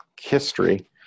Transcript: history